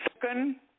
Second